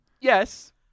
Yes